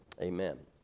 Amen